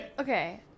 okay